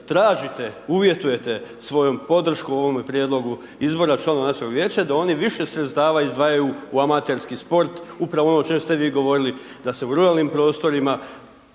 tražite, uvjetujete svojom podrškom u ovom prijedlogu izbora članova Nacionalnog vijeća da oni više sredstava izdvajaju u amaterski sport, upravo ono o čem ste vi govorili, da se u ruralnim prostorima